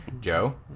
Joe